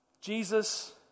Jesus